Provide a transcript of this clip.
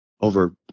over